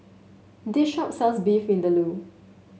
this shop sells Beef Vindaloo